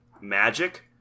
magic